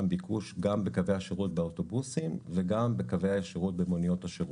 ביקוש גם בקווי השירות באוטובוסים וגם בקווי השירות במוניות השירות.